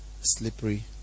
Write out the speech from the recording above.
slippery